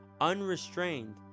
unrestrained